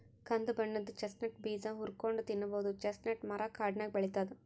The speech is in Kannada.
ಕಂದ್ ಬಣ್ಣದ್ ಚೆಸ್ಟ್ನಟ್ ಬೀಜ ಹುರ್ಕೊಂನ್ಡ್ ತಿನ್ನಬಹುದ್ ಚೆಸ್ಟ್ನಟ್ ಮರಾ ಕಾಡ್ನಾಗ್ ಬೆಳಿತದ್